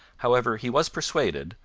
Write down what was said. however, he was persuaded,